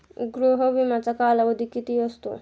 गृह विम्याचा कालावधी किती असतो?